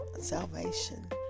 salvation